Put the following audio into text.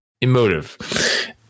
emotive